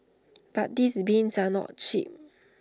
but these bins are not cheap